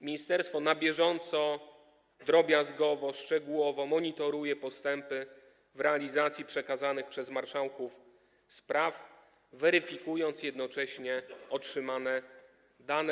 Ministerstwo na bieżąco, drobiazgowo, szczegółowo monitoruje postępy w realizacji przekazanych przez marszałków spraw, weryfikując jednocześnie otrzymane dane.